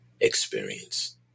experience